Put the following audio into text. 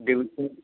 debit card